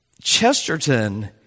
Chesterton